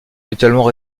habituellement